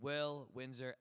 will windsor